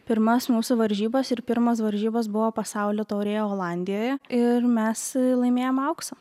pirmas mūsų varžybas ir pirmos varžybos buvo pasaulio taurėje olandijoje ir mes laimėjom auksą